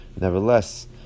Nevertheless